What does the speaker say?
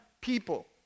people